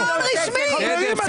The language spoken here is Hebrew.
חברים,